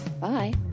Bye